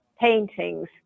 paintings